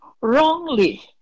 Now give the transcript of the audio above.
wrongly